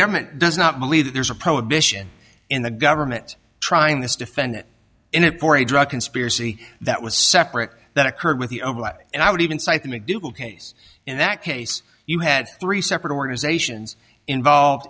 government does not believe that there's a prohibition in the government trying this defendant in it for a drug conspiracy that was separate that occurred with the and i would even cite the mcdougal case in that case you had three separate organizations involved